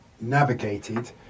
navigated